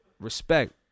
Respect